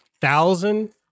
thousand